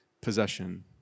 possession